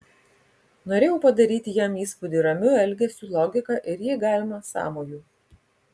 norėjau padaryti jam įspūdį ramiu elgesiu logika ir jei galima sąmoju